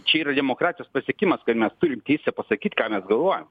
čia yra demokratijos pasiekimas kad mes turim teisę pasakyt ką mes galvojam